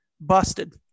busted